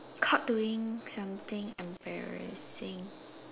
caught doing something embarrassing